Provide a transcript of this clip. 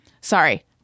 Sorry